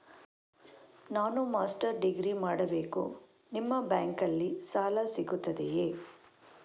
ನಾನು master degree ಮಾಡಬೇಕು, ನಿಮ್ಮ ಬ್ಯಾಂಕಲ್ಲಿ ಸಾಲ ಸಿಗುತ್ತದೆಯೇ?